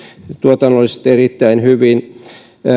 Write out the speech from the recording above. tuotannollisesti erittäin hyvin se